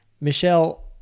Michelle